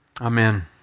Amen